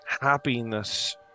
happiness